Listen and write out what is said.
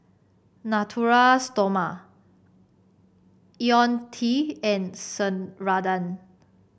Natura Stoma IoniL T and Ceradan